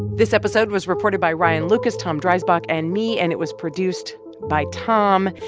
this episode was reported by ryan lucas, tom dreisbach and me, and it was produced by tom.